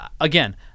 again